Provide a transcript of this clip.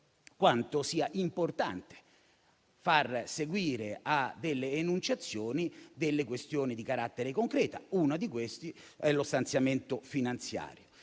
quanto sia importante far seguire a delle enunciazioni delle questioni di carattere concreto: una di queste è lo stanziamento finanziario.